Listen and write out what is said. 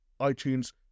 iTunes